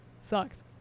sucks